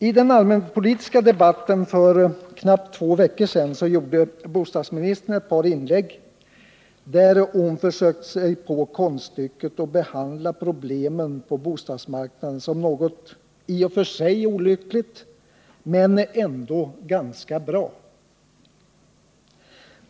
I den allmänpolitiska debatten för knappt två veckor sedan gjorde bostadsministern ett par inlägg, där hon försökte sig på konststycket att å ena sidan behandla problemen på bostadsmarknaden som något i och för sig olyckligt men å andra sidan ändå beskriva läget som ganska bra.